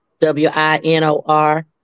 W-I-N-O-R